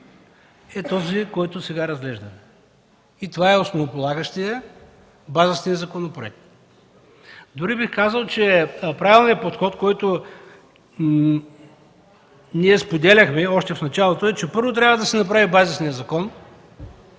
е този, който сега разглеждаме. Това е основополагащият, базисният законопроект. Дори бих казал, че правилният подход, който ние споделяхме още в началото, е, че първо трябва да се направи базисният закон,